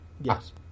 yes